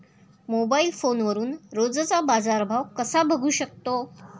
Mobile फोनवरून रोजचा बाजारभाव कसा बघू शकतो?